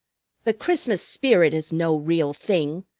the christmas spirit is no real thing.